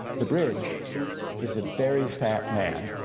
the bridge is it very fat man.